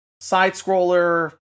side-scroller